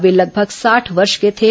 वे लगभग साठ वर्ष के थे